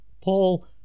Paul